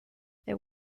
there